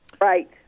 Right